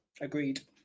Agreed